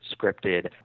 scripted